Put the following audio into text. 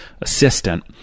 assistant